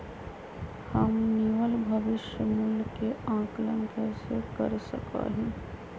हम निवल भविष्य मूल्य के आंकलन कैसे कर सका ही?